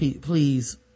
Please